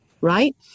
Right